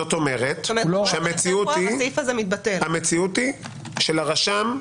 זאת אומרת, המציאות היא שלרשם,